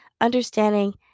understanding